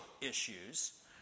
issues